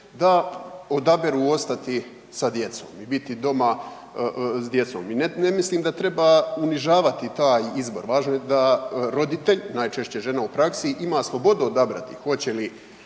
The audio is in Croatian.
da odaberu ostati sa djecom i biti doma s djecom, i ne mislim da treba unižavati taj izbor, važno je da roditelj, najčešće žena u praksi, ima slobodu odabrati hoće li